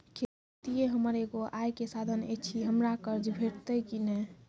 खेतीये हमर एगो आय के साधन ऐछि, हमरा कर्ज भेटतै कि नै?